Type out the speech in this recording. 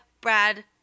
Brad